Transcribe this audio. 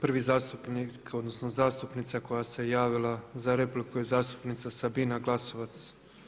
Prvi zastupnik, odnosno zastupnica koja se javila za repliku je zastupnica Sabina Glasovac.